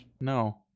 No